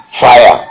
Fire